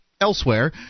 elsewhere